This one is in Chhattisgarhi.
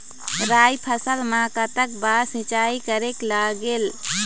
राई फसल मा कतक बार सिचाई करेक लागेल?